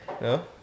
No